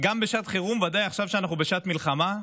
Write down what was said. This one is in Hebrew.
גם בשעת חירום, בוודאי עכשיו, כשאנחנו בשעת מלחמה.